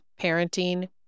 parenting